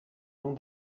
nom